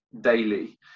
daily